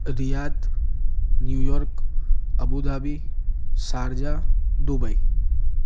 Riyadh New York Abu Dhabi Sharjah Dubai